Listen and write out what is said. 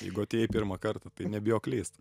jeigu atėjai pirmą kartą tai nebijok klyst